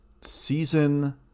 season